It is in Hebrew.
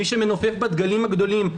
מי שמנופף בדגלים הגדולים,